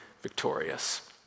victorious